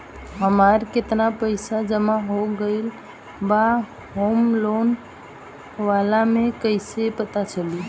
हमार केतना पईसा जमा हो गएल बा होम लोन वाला मे कइसे पता चली?